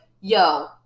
yo